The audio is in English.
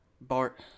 Bart